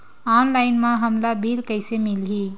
Online म हमला bill कइसे मिलही?